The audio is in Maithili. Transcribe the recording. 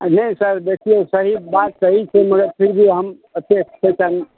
नहि सर देखियौ बात सही छै मगर फिर भी हम एक्सेप्ट